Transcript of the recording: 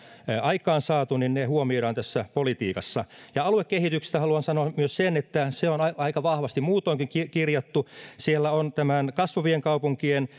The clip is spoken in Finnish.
aikaansaatu huomioidaan tässä politiikassa aluekehityksestä haluan sanoa myös sen että se on aika vahvasti muutoinkin kirjattu siellä on kasvavien kaupunkien